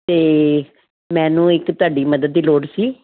ਅਤੇ ਮੈਨੂੰ ਇੱਕ ਤੁਹਾਡੀ ਮਦਦ ਦੀ ਲੋੜ ਸੀ